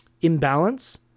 imbalance